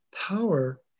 power